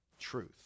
truth